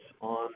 on